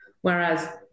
whereas